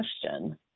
question